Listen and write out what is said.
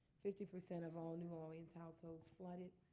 fifty percent of all new orleans households flooded.